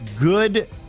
good